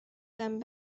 come